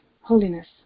holiness